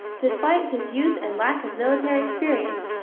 despite his youth and lack of military experience,